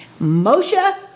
Moshe